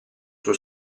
suo